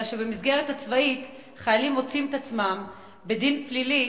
במסגרת הצבאית חיילים מוצאים את עצמם בדין פלילי